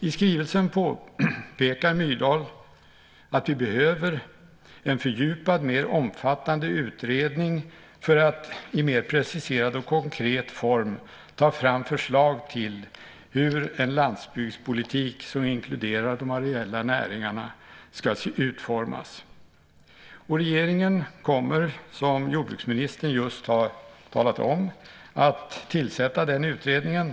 I skrivelsen påpekar Myrdal att vi behöver en fördjupad, mer omfattande utredning för att i mer preciserad och konkret form ta fram förslag till hur en landsbygdspolitik som inkluderar de areella näringarna ska utformas. Regeringen kommer, som jordbruksministern just har talat om, att tillsätta den utredningen.